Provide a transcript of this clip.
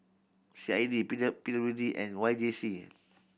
C I D P P W D and Y J C